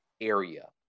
area